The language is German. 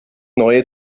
neue